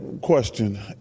question